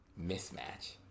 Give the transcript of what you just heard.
mismatch